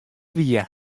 wie